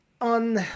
on